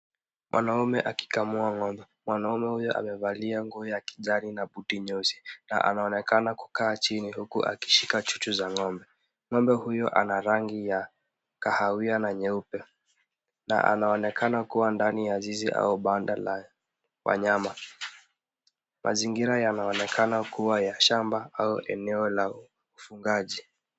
Mwanaume akikamua ng'ombe. Mwanaume huyo amevalia nguo ya kijani na buti nyeusi na anaonekana kukaa chini huku akishika chuchu za ng'ombe. Ng'ombe huyu ana rangi ya kahawia na nyeupe na anaonekana kuwa ndani ya zizi au banda la wanyama. Mazingira yanaonekana kuwa ya shamba au eneo la ufugaji.